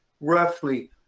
roughly